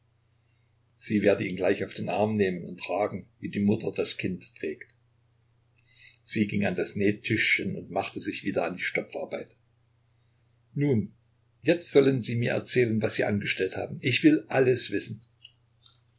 sie werde ihn gleich auf den arm nehmen und tragen wie die mutter das kind trägt sie ging ans nähtischchen und machte sich wieder an die stopfarbeit nun jetzt sollen sie mir erzählen was sie angestellt haben ich will alles wissen